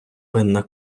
винна